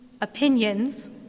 opinions